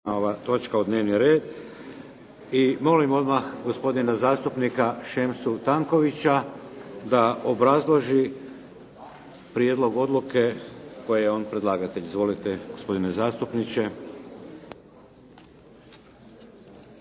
Vladimir (HDZ)** I molim odmah gospodina zastupnika Šemsu Tankovića da obrazloži prijedlog odluke koje je on predlagatelj. Izvolite, gospodine zastupniče.